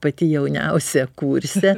pati jauniausia kurse